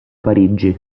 parigi